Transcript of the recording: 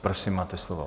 Prosím, máte slovo.